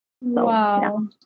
Wow